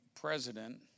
president